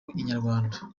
inyarwanda